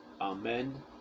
Amen